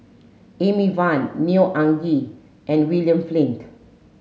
Amy Van Neo Anngee and William Flint